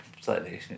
slightly